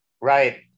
Right